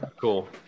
cool